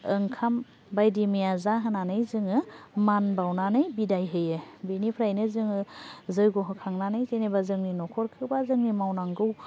ओंखाम बायदिमैया जाहोनानै जोङो मान बावनानै बिदाय होयो बेनिफ्रायनो जोङो जयग' होखांनानै जेनेबा जोंनि न'खरखौबा जोंनि मावनांगौ